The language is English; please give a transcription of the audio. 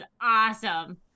awesome